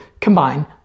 combine